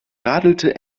radelte